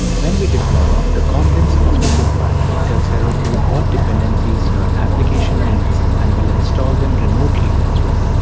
when we deploy, the contents of the pipfile tells heroku what dependencies your application needs and will install them remotely as well.